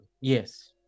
Yes